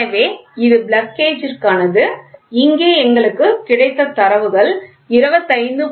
எனவே இது பிளக் கேஜிற்கானது இங்கே எங்களுக்கு கிடைத்த தரவுகள் 25